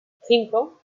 cinco